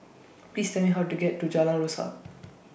Please Tell Me How to get to Jalan Rasok